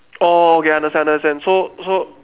orh okay understand understand so so